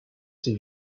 s’est